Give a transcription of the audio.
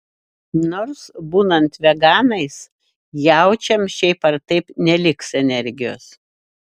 nors būnant veganais jaučiams šiaip ar taip neliks energijos